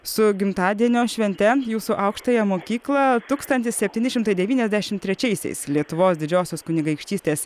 su gimtadienio švente jūsų aukštąją mokyklą tūkstantis septyni šimtai devyniasdešimt trečiaisiais lietuvos didžiosios kunigaikštystės